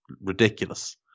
ridiculous